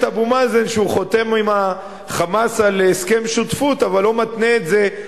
אבו מאזן שהוא חותם עם ה"חמאס" על הסכם שותפות אבל לא מתנה את זה,